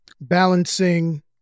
balancing